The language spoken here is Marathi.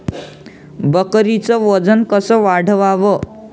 बकरीचं वजन कस वाढवाव?